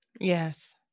Yes